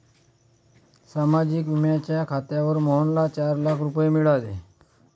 सामाजिक विम्याच्या खात्यावर मोहनला चार लाख रुपये मिळाले